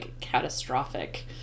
catastrophic